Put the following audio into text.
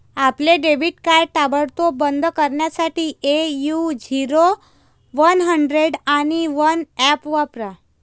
आपले debit card ताबडतोब बंद करण्यासाठी ए.यू झिरो वन हंड्रेड आणि वन ऍप वापरा